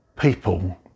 people